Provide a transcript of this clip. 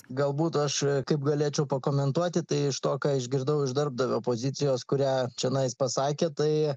galbūt aš taip galėčiau pakomentuoti tai iš to ką išgirdau iš darbdavio pozicijos kurią čionais pasakėt tai